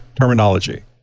terminology